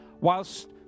whilst